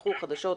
תפתחו חדשות,